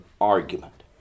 argument